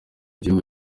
igihugu